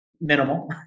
Minimal